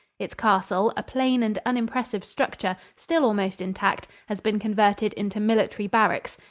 its castle, a plain and unimpressive structure, still almost intact, has been converted into military barracks,